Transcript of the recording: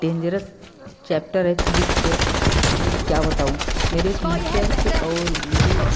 dangerous chapter है physics के कि क्या बताऊँ मेरे टीचर्स और मेरी